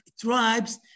tribes